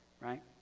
right